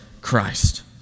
Christ